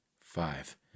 Five